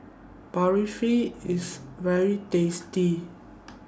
Barfi IS very tasty